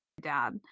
dad